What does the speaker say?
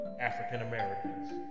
African-Americans